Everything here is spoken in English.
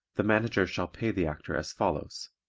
the manager shall pay the actor as follows